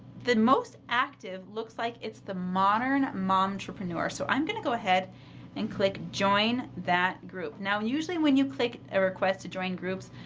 the most active looks like it's the modern momtrepreneurs so i'm going to go ahead and click join that group. now usually when you click a request to join groups,